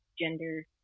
gender